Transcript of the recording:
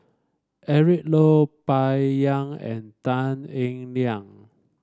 Eric Low Bai Yan and Tan Eng Liang